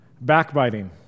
Backbiting